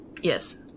Yes